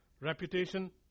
reputation